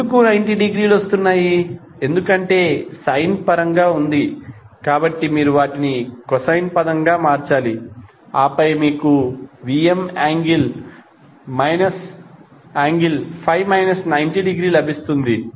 ఎందుకు 90 డిగ్రీలు వస్తున్నాయి ఎందుకంటే ఇది సైన్ పరంగా ఉంది కాబట్టి మీరు వాటిని కొసైన్ పదంగా మార్చాలి ఆపై మీకుVm∠∅ 90°లభిస్తుంది